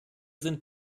sind